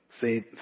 say